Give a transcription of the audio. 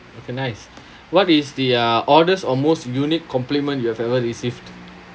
okay nice what is the uh oddest or most unique compliment you have ever received